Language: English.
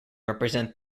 represent